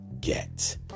get